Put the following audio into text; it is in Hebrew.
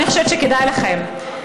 אני חושבת שכדאי לכם.